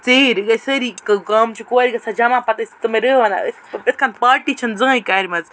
ژیٖرۍ ییٚلہِ سٲری گامٕچہٕ کورِ گژھان جمع پتہٕ ٲسۍ تِم رہہ وَنان اِتھ کَنہِ پارٹی چھِنہٕ زٔہٕنۍ کَرِمَژ